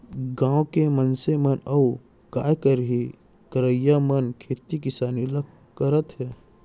गॉंव के मनसे मन अउ काय करहीं करइया मन खेती किसानी ल करत हें